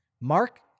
Mark